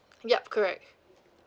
yup correct